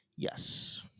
Yes